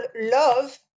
love